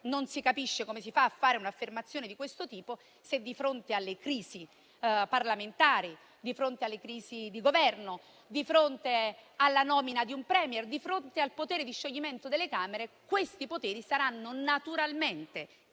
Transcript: Non si capisce come si fa a fare un'affermazione di questo tipo, se di fronte alle crisi parlamentari, di fronte alle crisi di Governo, di fronte alla nomina di un *Premier*, di fronte allo scioglimento delle Camere, questi poteri saranno naturalmente